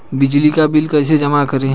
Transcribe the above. बिजली का बिल कैसे जमा करें?